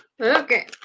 Okay